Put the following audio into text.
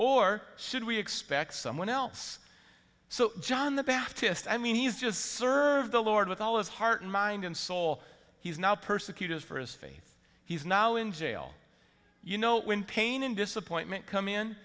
or should we expect someone else so john the baptist i mean he's just serve the lord with all his heart and mind and soul he's not persecutors for his faith he's now in jail you know when pain and disappointment come in